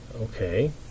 Okay